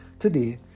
Today